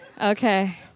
Okay